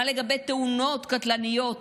מה לגבי תאונות קטלניות